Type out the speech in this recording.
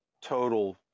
total